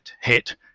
hit